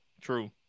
True